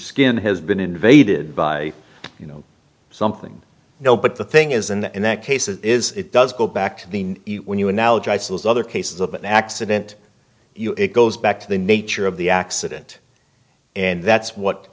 skin has been invaded by you know something no but the thing is in the in that case it is it does go back to the when you analogize those other cases of an accident it goes back to the nature of the accident and that's what